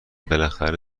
بالاخره